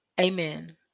Amen